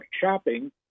shopping